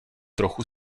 trochu